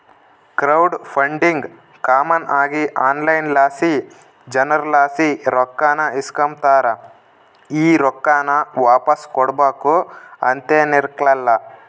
crowd funding common ಆಗಿ online ಲಾಸಿ ಜನುರ್ಲಾಸಿ ರೊಕ್ಕಾನ ಇಸ್ಕಂಬತಾರ, ಈ ರೊಕ್ಕಾನ ವಾಪಾಸ್ ಕೊಡ್ಬಕು ಅಂತೇನಿರಕ್ಲಲ್ಲ